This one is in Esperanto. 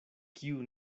kiu